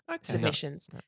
submissions